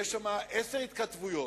יש שם עשר התכתבויות.